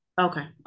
Okay